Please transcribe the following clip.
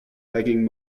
begging